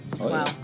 Wow